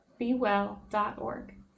bewell.org